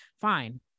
fine